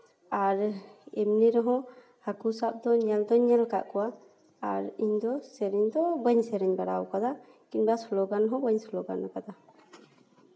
ᱟᱨ ᱮᱢᱱᱤ ᱨᱮᱦᱚᱸ ᱦᱟᱹᱠᱩ ᱥᱟᱵ ᱫᱚ ᱧᱮᱞ ᱫᱚᱧ ᱧᱮᱞ ᱟᱠᱟᱫ ᱠᱚᱣᱟ ᱟᱨ ᱤᱧᱫᱚ ᱥᱮᱨᱮᱧ ᱫᱚ ᱵᱟᱹᱧ ᱥᱮᱨᱮᱧ ᱵᱟᱲᱟ ᱟᱠᱟᱫᱟ ᱠᱤᱢᱵᱟ ᱥᱞᱳᱜᱟᱱ ᱦᱚᱸ ᱵᱟᱹᱧ ᱥᱞᱳᱜᱟᱱ ᱟᱠᱟᱫᱟ